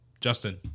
Justin